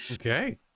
Okay